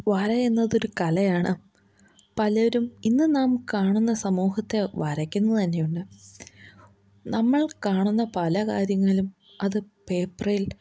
വരയെന്നത് ഒരു കലയാണ് പലരും ഇന്നു നാം കാണുന്ന സമൂഹത്തെ വരക്കുന്നു തന്നെയുണ്ട് നമ്മൾ കാണുന്ന പലകാര്യങ്ങളിലും അത് പേപ്പറേൽ